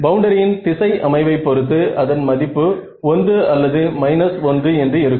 பவுண்டரியின் திசை அமைவை பொருத்து அதன் மதிப்பு 1 அல்லது 1 என்று இருக்கும்